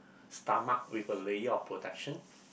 stomach with a layer of protection